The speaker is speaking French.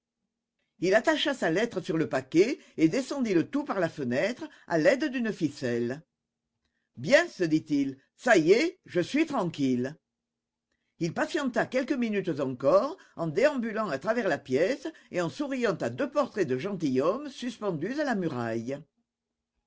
il attacha la lettre sur le paquet et descendit le tout par la fenêtre à l'aide d'une ficelle bien se dit-il ça y est je suis tranquille il patienta quelques minutes encore en déambulant à travers la pièce et en souriant à deux portraits de gentilshommes suspendus à la muraille